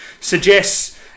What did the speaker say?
suggests